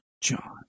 John